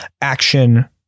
action